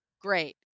great